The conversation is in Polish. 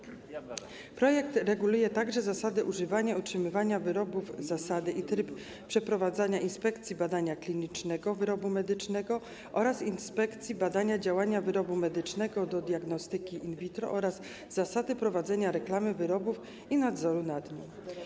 Projekt reguluje również zasady używania i utrzymywania wyrobów, zasady i tryb przeprowadzania inspekcji badania klinicznego wyrobu medycznego oraz inspekcji badania działania wyrobu medycznego do diagnostyki in vitro, a także zasady prowadzenia reklamy wyrobów i nadzoru nad nią.